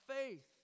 faith